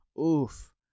Oof